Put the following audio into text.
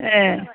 ए